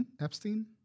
Epstein